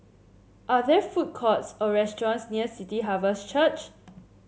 are there food courts or restaurants near City Harvest Church